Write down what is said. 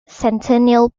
centennial